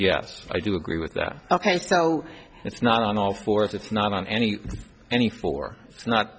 yes i do agree with that ok so it's not on all fours it's not on any any for it's not